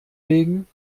legen